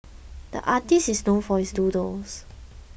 the artist is known for his doodles